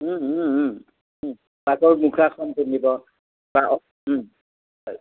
আগৰ মুখাখন পিন্ধিব বা আৰু হয়